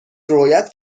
رویت